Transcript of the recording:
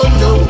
no